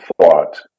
thought